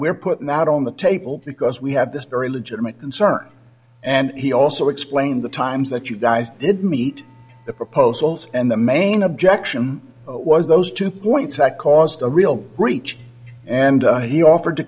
we're putting that on the table because we have this very legitimate concern and he also explained the times that you guys did meet the proposals and the main objection was those two points that caused a real breach and he offered to